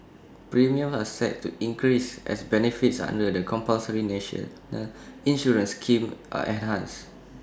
premiums are set to increase as benefits under the compulsory national insurance scheme are enhanced